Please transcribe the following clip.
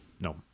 No